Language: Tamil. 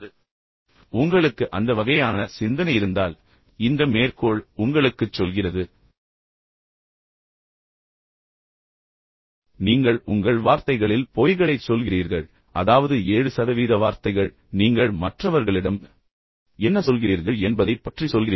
இப்போது உங்களுக்கு அந்த வகையான சிந்தனை இருந்தால் இந்த மேற்கோள் உங்களுக்குச் சொல்கிறது நீங்கள் விரும்பியதைச் செய்யுங்கள் நீங்கள் உங்கள் வார்த்தைகளில் பொய்களைச் சொல்கிறீர்கள் அதாவது 7 சதவீத வார்த்தைகள் நீங்கள் மற்றவர்களிடம் என்ன சொல்கிறீர்கள் என்பதைப் பற்றிச் சொல்கிறீர்கள்